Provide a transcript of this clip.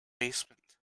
basement